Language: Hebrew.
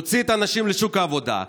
ונוציא את האנשים לשוק העבודה.